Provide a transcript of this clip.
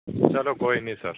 ਚਲੋ ਕੋਈ ਨਹੀਂ ਸਰ